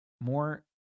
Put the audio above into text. more